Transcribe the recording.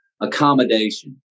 accommodation